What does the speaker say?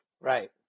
Right